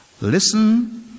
Listen